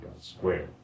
square